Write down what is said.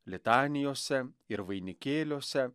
litanijose ir vainikėliuose